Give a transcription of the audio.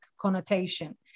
connotation